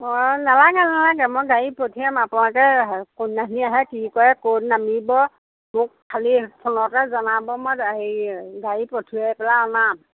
অঁ নালাগে নালাগে মই গাড়ী পঠিয়াম আপোনালোকে কোনদিনাখন আহে কি কৰে ক'ত নামিব মোক খালী ফোনতে জনাব মই হেৰি গাড়ী পঠিয়াই পেলাই অনাম